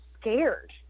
scared